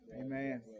Amen